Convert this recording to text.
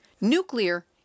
Nuclear